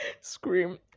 Scream